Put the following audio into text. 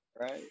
right